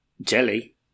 jelly